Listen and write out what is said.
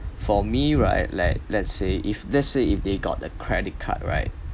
for me right like let's say if let's say if they got a credit card right